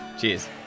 Cheers